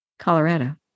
Colorado